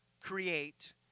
create